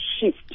shift